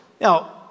Now